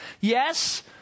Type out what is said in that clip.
Yes